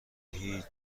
هیچ